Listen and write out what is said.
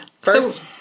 First